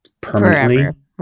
permanently